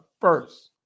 First